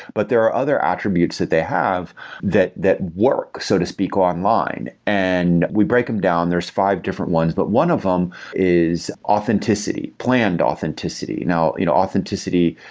but there are other attributes that they have that that work, so to speak online. and we break them down. there's five different ones. but one of them is authenticity, planned authenticity you know you know authenticity,